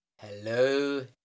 Hello